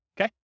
okay